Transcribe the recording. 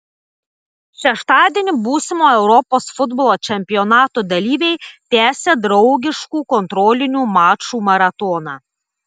šeštadienį būsimo europos futbolo čempionato dalyviai tęsė draugiškų kontrolinių mačų maratoną